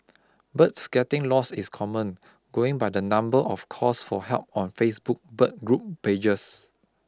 birds getting lost is common going by the number of calls for help on Facebook bird group pages